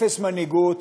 אפס מנהיגות